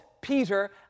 Peter